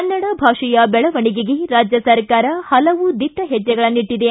ಕನ್ನಡ ಭಾಷೆಯ ಬೆಳವಣಿಗೆಗೆ ರಾಜ್ಯ ಸರ್ಕಾರ ಹಲವು ದಿಟ್ಟ ಹೆಜ್ಜೆಗಳನ್ನಿಟ್ಟಿದೆ